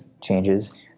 changes